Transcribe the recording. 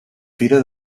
fira